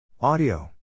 Audio